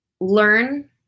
learn